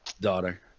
Daughter